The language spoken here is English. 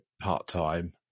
part-time